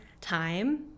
time